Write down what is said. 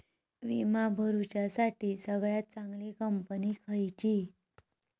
विमा भरुच्यासाठी सगळयात चागंली कंपनी खयची?